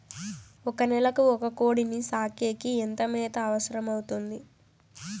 ఒక నెలకు ఒక కోడిని సాకేకి ఎంత మేత అవసరమవుతుంది?